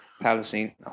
Palestine